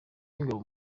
w’ingabo